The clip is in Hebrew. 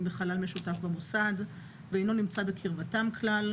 בחלל משותף במוסד ואינו נמצא בקרבתם כלל,